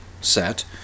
set